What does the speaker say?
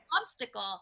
obstacle